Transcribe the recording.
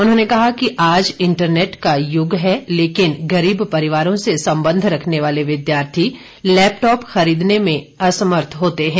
उन्होंने कहा कि आज इंटरनेट का युग है लेकिन गरीब परिवारों से संबंध रखने वाले विद्यार्थी लैपटॉप खरीदने में असमर्थ होते हैं